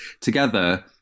Together